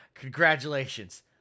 Congratulations